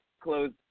close